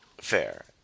Fair